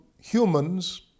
humans